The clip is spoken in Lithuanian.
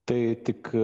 tai tik